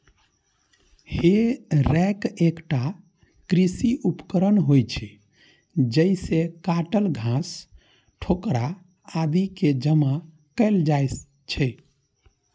हे रैक एकटा कृषि उपकरण होइ छै, जइसे काटल घास, ठोकरा आदि कें जमा कैल जाइ छै